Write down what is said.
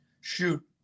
shoot